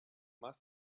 must